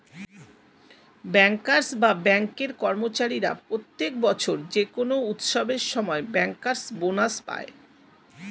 bankers বা ব্যাঙ্কের কর্মচারীরা প্রত্যেক বছর যে কোনো উৎসবের সময় ব্যাংকার্স বোনাস পায়